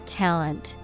talent